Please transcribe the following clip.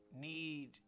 need